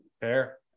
Fair